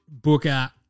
Booker